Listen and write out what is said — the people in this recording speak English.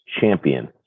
champion